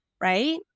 right